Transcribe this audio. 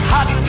Hot